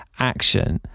action